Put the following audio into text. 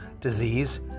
disease